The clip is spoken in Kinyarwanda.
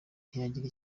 ntiyagira